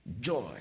joy